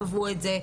חוו את זה,